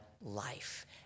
life